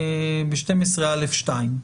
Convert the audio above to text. ב-12(א)(2),